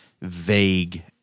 vague